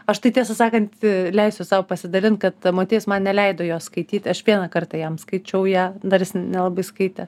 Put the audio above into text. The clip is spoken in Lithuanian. aš tai tiesą sakant leisiu sau pasidalint kad motiejus man neleido jos skaityti aš vieną kartą jam skaičiau ją dar jis nelabai skaitė